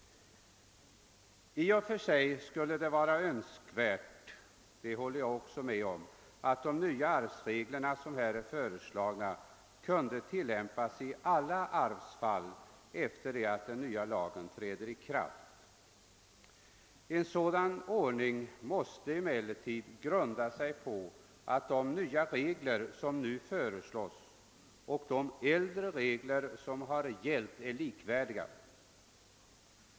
I och för sig skulle det vara önsk värt — det håller jag med om — att de nya arvsregler som föreslås kunde tilllämpas i alla arvsfall efter det att den nya lagen trätt i kraft. En sådan ordning måste emellertid grunda sig på att de nya reglerna och de äldre är likvärdiga.